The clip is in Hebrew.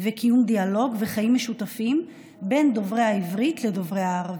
וקיום דיאלוג וחיים משותפים בין דוברי העברית לדוברי הערבית.